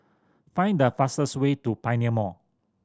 find the fastest way to Pioneer Mall